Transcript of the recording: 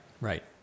right